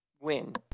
win